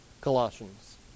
Colossians